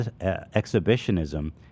exhibitionism